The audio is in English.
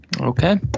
Okay